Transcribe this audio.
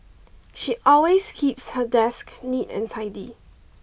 she always keeps her desk neat and tidy